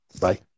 Bye